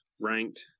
ranked